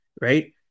Right